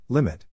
Limit